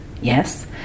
yes